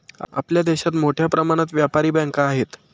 आपल्या देशात मोठ्या प्रमाणात व्यापारी बँका आहेत